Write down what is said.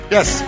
Yes